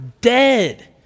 dead